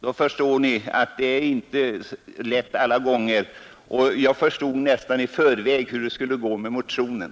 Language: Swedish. Jag förstod också nästan i förväg hur det skulle gå med motionen.